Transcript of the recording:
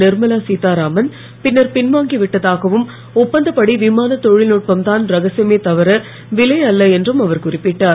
நிர்மலா சீத்தாராமன் பின்னர் பின்வாங்கி விட்டதாகவும் ஒப்பந்தப்படி விமானத் தொழில்நுட்பம் தான் ரகசியமே தவிர விலை அல்ல என்றும் அவர் குறிப்பிட்டார்